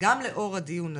גם לאור הדיון הזה,